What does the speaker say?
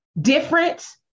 different